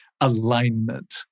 alignment